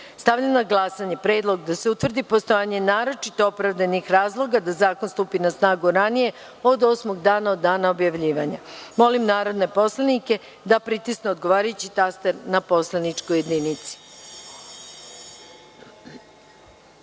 na glasanje predlog da se utvrdi postojanje naročito opravdanih razloga da zakon stupi na snagu ranije od osmog dana od dana objavljivanja. Molim narodne poslanike da pritisnu odgovarajući taster na poslaničkoj